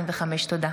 תודה.